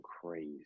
crazy